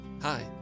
Hi